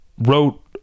wrote